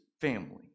family